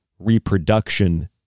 reproduction